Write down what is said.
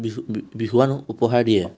বিহু বিহুৱান উপহাৰ দিয়ে